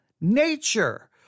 nature